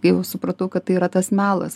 kai jau supratau kad tai yra tas melas